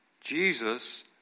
Jesus